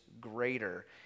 greater